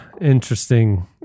interesting